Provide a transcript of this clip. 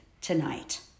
tonight